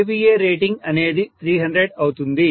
kVA rating అనేది 300 అవుతుంది